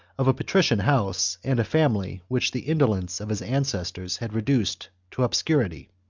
of a patrician house, and a family which the indolence of his ancestors had reduced to obscurity.